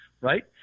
right